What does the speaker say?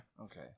Okay